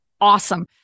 awesome